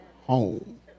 Home